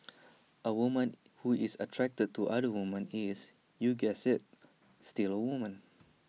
A woman who is attracted to other women he is you guessed IT still A woman